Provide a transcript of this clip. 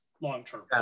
long-term